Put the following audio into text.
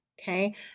okay